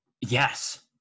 Yes